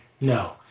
No